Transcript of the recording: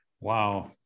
Wow